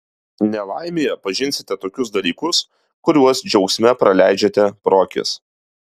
nelaimėje pažinsite tokius dalykus kuriuos džiaugsme praleidžiate pro akis